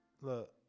Look